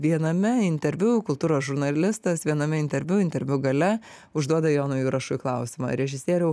viename interviu kultūros žurnalistas viename interviu interviu gale užduoda jonui jurašui klausimą režisieriau